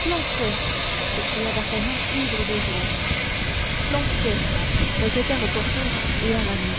planchet s'écria d'artagnan ivre de joie planchet répétèrent porthos et aramis